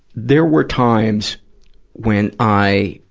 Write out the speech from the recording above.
there were times when i,